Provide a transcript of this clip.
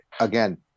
again